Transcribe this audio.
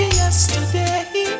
yesterday